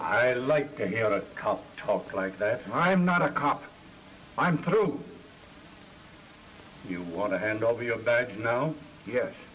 don't like to talk like that i'm not a cop i'm through you want to hand over your back now yes